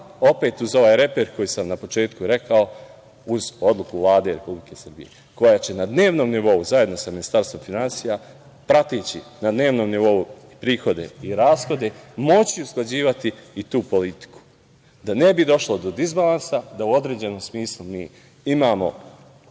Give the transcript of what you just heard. opet uz ovaj reper koji sam na početku rekao, uz odluku Vlade Republike Srbije koja će na dnevnom nivou, zajedno sa Ministarstvom finansija, prateći na dnevnom nivou prihode i rashode, moći usklađivati i tu politiku da ne bi došlo do dizbalansa da u određenom smislu mi imamo